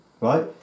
right